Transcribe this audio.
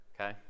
Okay